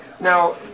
Now